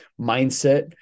mindset